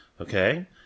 Okay